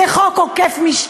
זה חוק עוקף-משטרה.